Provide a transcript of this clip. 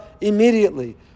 immediately